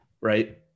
right